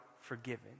forgiven